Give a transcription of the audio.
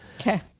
Okay